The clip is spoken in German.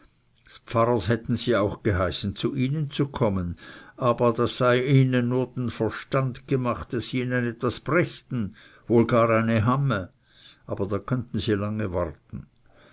pfarrers hätten sie auch geheißen zu ihnen zu kommen aber das sei ihnen nur der verstand gemacht daß sie ihnen etwas brächten wohl gar eine hamme aber da könnten sie lange warten